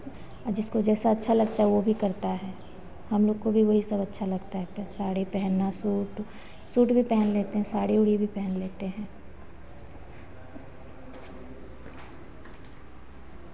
जिसको जैसा अच्छा लगता है वह भी करता है हम लोग को भी वही सब अच्छा लगता है साड़ी पहेनना सूट सूट भी पहन लेते हैं साड़ी ओड़ी भी पहन लेते हैं